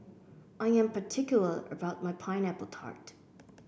I am particular about my Pineapple Tart